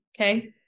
Okay